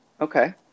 Okay